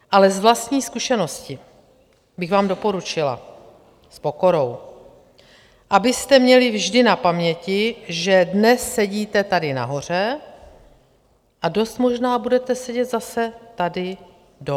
Ale z vlastní zkušenosti bych vám doporučila s pokorou, abyste měli vždy na paměti, že dnes sedíte tady nahoře a dost možná budete sedět zase tady dole.